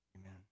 amen